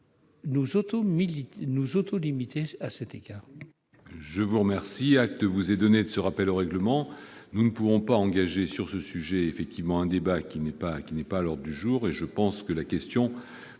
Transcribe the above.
s'autolimiter à cet égard.